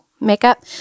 makeup